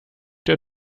der